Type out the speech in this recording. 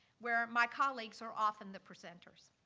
where my colleagues are often the presenters.